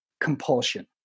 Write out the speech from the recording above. Compulsion